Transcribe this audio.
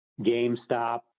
GameStop